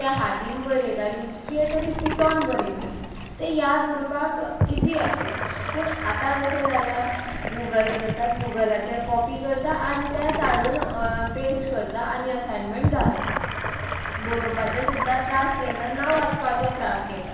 तें हातीन बरयतालीं कितें तरी चिंतोन बरयतालीं तें याद उरपाक इजी आसलें पूण आतां कशें जालां गुगल करता गुगलाचेर कॉपी करता आनी तेंच हाडून पेस्ट करता आनी असायनमेंट जालो बरोपाचें सुद्दां त्रास घेयना ना वाचपाचो त्रास घेता